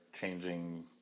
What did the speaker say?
changing